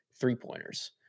three-pointers